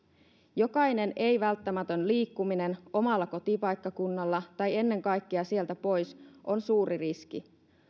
jokainen ei välttämätön liikkuminen omalla kotipaikkakunnalla tai ennen kaikkea sieltä pois on suuri riski